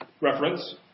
reference